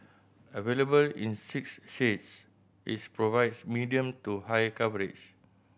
available in six shades its provides medium to high coverage